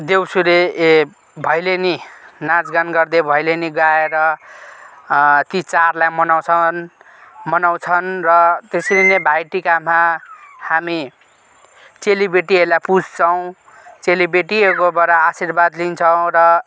देउसिरे ए भैलिनी नाच गान गर्दै भैलिनी गाएर ती चाडलाई मनाउँछन् मनाउँछन् र त्यसरी नै भाइ टीकामा हामी चेली बेटीहरूलाई पुज्छौँ चेली बेटीहरूकोबर आशिर्वाद लिन्छौँ र